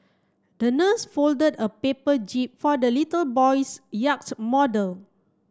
the nurse folded a paper jib for the little boy's yacht model